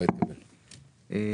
הצבעה